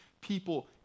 people